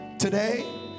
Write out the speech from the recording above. Today